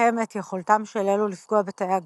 הם את יכולתם של אלו לפגוע בתאי הגוף.